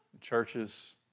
churches